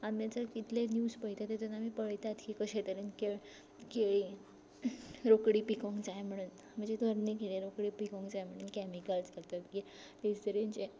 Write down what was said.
आमी जर कितलेय न्यूज पळयता तितून आमी पळयतात की कशे तरेन केळ केळीं रोकडी पिकूंक जाय म्हणून म्हणजे तरनी केळीं रोकडी पिकूंक जाय म्हणून कॅमिकल्स घालतात मागीर तेच तरेन जे